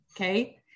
Okay